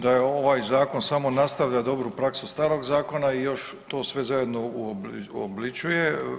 Mislim da ovaj zakon samo nastavlja dobru praksu starog zakona i još to sve zajedno uobličuje.